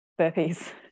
Burpees